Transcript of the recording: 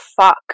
fuck